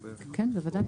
כן, בוודאי.